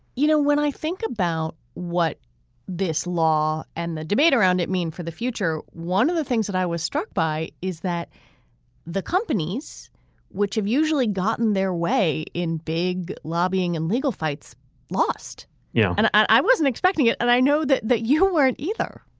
you know when i think about what this law and the debate around it mean for the future. one of the things that i was struck by is that the companies which have usually gotten their way in big lobbying and legal fights lost you know yeah and i i wasn't expecting it. and i know that that you weren't either